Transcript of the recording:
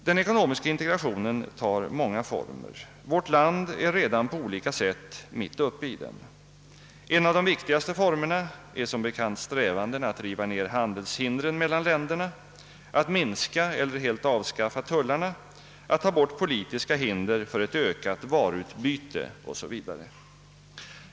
Den ekonomiska integrationen tar många former. Vårt land är redan på olika sätt mitt uppe i den. En av de viktigaste formerna är strävandena att riva ned handelshindren mellan länderna, att minska eller helt avskaffa tullarna, att ta bort politiska hinder för ett ökat varuutbyte o.s.v.